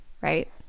right